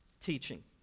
teaching